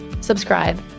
subscribe